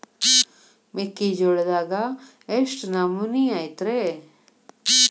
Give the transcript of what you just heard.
ಮೆಕ್ಕಿಜೋಳದಾಗ ಎಷ್ಟು ನಮೂನಿ ಐತ್ರೇ?